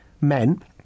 men